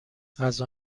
غذا